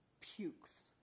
pukes